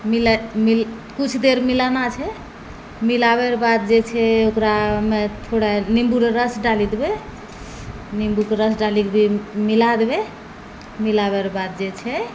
मिला मिल कुछ देर मिलाना छै मिलाबैके बाद जे छै ओकरामे थोड़ा निम्बुके रस डालि देबै निम्बुके रस डालिके भी मिला देबै मिलाबै रऽ बाद जे छै